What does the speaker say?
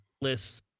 lists